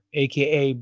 aka